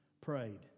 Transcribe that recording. prayed